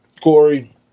Corey